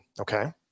Okay